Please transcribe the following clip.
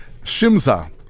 Shimza